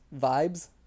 vibes